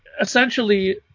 essentially